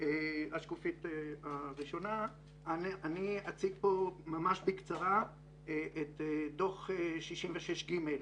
אני אציג פה ממש בקצרה את דוח 66ג',